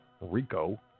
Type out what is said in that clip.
RICO